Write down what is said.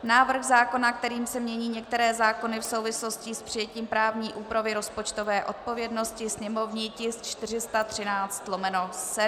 Návrh zákona, kterým se mění některé zákony v souvislosti s přijetím právní úpravy rozpočtové odpovědnosti, sněmovní tisk 413/7.